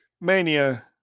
mania